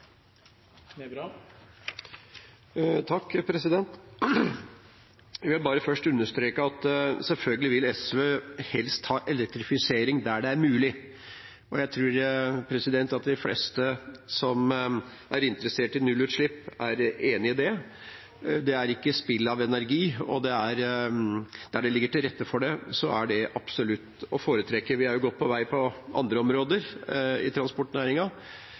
mulig. Jeg tror at de fleste som er interessert i nullutslipp, er enig i det. Det er ikke spill av energi, og der det ligger til rette for det, er det absolutt å foretrekke. Vi er godt på vei på andre områder i